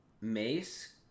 Mace